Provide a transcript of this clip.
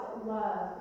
love